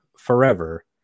forever